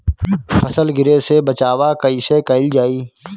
फसल गिरे से बचावा कैईसे कईल जाई?